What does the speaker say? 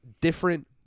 different